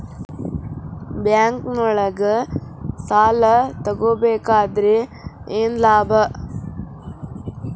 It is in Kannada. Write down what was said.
ಬ್ಯಾಂಕ್ನೊಳಗ್ ಸಾಲ ತಗೊಬೇಕಾದ್ರೆ ಏನ್ ಲಾಭ?